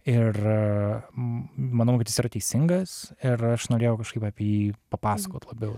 ir manau kad jis yra teisingas ir aš norėjau kažkaip apie jį papasakot labiau